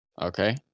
okay